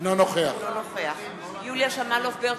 אינו נוכח יוליה שמאלוב-ברקוביץ,